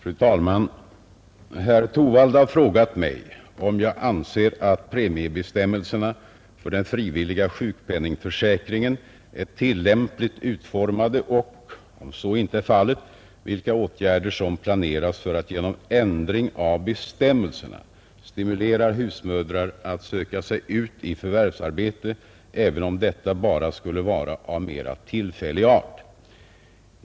Fru talman! Herr Torwald har frågat mig om jag anser att premiebestämmelserna för den frivilliga sjukpenningförsäkringen är lämpligt utformade och, om så inte är fallet, vilka åtgärder som planeras för att genom ändring av bestämmelserna stimulera hemmafruar att söka sig ut i förvärvsarbete även om detta bara skulle vara av mera tillfällig art.